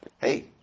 hey